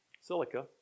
silica